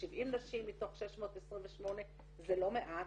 כ-70 נשים מתוך 628. זה לא מעט.